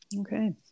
Okay